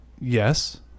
Yes